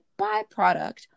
byproduct